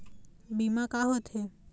बीमा का होते?